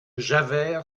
javert